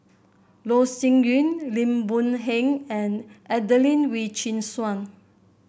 Loh Sin Yun Lim Boon Heng and Adelene Wee Chin Suan